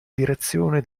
direzione